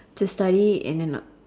to study in an